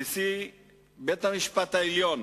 נשיא בית-המשפט העליון,